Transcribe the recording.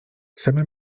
samym